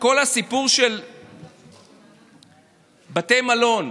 כל הסיפור של בתי מלון.